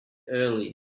early